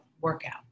workout